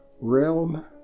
realm